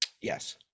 Yes